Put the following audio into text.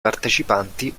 partecipanti